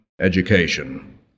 education